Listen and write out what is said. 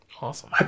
Awesome